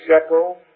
shekel